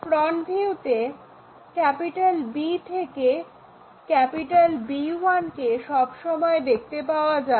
front ভিউতে B থেকে B1 কে সব সময় দেখতে পাওয়া যাবে